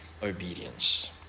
obedience